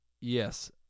Yes